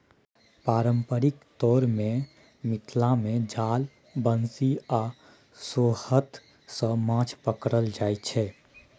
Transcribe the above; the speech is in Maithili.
पारंपरिक तौर मे मिथिला मे जाल, बंशी आ सोहथ सँ माछ पकरल जाइ छै